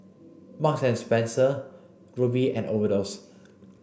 Marks and Spencer Rubi and Overdose